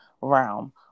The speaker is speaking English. realm